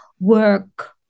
work